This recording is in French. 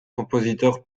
compositeur